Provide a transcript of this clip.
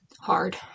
hard